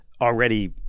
already